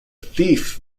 thief